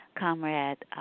comrade